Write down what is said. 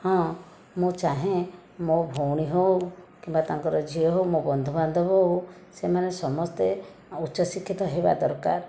ହଁ ମୁଁ ଚାହେଁ ମୋ ଭଉଣୀ ହେଉ କିମ୍ବା ତାଙ୍କର ଝିଅ ହେଉ ମୋ ବନ୍ଧୁବାନ୍ଧବ ହେଉ ସେମାନେ ସମସ୍ତେ ଉଚ୍ଚ ଶିକ୍ଷିତ ହେବା ଦରକାର